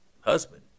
husband